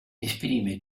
esprime